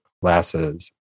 classes